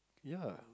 ya